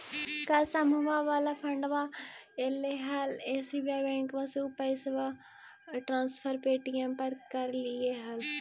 का समुहवा वाला फंडवा ऐले हल एस.बी.आई बैंकवा मे ऊ पैसवा ट्रांसफर पे.टी.एम से करवैलीऐ हल?